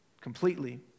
completely